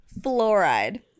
Fluoride